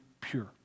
pure